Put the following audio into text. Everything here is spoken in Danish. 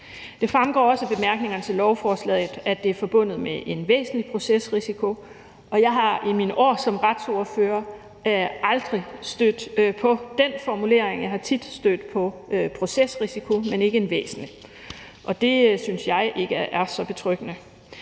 Det fremgår også af bemærkningerne til lovforslaget, at det er forbundet med en væsentlig procesrisiko, og jeg er i mine år som retsordfører aldrig stødt på den formulering. Jeg er stødt på procesrisiko, men ikke en »væsentlig procesrisiko«, og det synes jeg ikke er så betryggende.